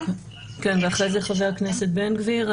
כן, ואחרי זה חבר הכנסת בן גביר.